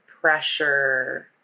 pressure